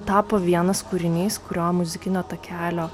tapo vienas kūrinys kurio muzikinio takelio